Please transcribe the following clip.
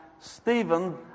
Stephen